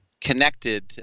connected